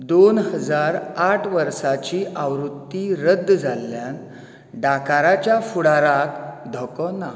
दोन हजार आठ वर्साची आवृत्ती रद्द जाल्ल्यान डाकाराच्या फुडाराक धोको ना